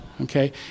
okay